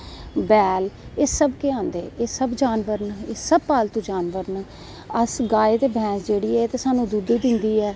बैल एह् सब केह् आंदे एह् सब जानबर ओृ एह् सब पालतू जानवर न अस गाय ते भैंस जेह्ड़ी ऐ ते साह्नू दुध्द दिंदी ऐ